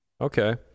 okay